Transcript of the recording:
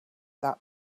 that